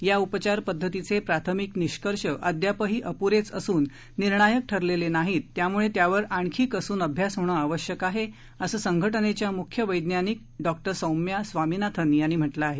या उपचार पद्धतीचे प्राथमिक निष्कर्ष अद्यापही अपुरेच असून निर्णायक ठरलेले नाहीत त्यामुळे त्यावर आणखी कसून अभ्यास होणं आवश्यक आहे असं संघटनेच्या मुख्य वैज्ञानिक डॉक्टर सौम्या स्वामिनाथन यांनी म्हटलं आहे